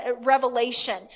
revelation